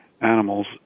animals